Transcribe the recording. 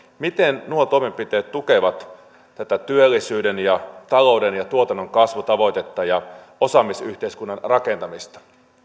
miten nuo toimenpiteet tukevat tätä työllisyyden ja talouden ja tuotannon kasvutavoitetta ja osaamisyhteiskunnan rakentamista